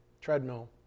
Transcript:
Treadmill